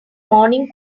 morning